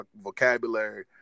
vocabulary